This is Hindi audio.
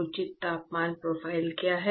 उचित तापमान प्रोफ़ाइल क्या है